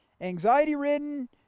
anxiety-ridden